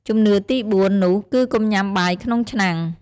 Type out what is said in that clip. ជំនឿទីបួន នោះគឺកុំញ៉ាំបាយក្នុងឆ្នាំង។